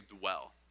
dwell